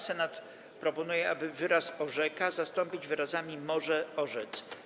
Senat proponuje, aby wyraz „orzeka” zastąpić wyrazami „może orzec”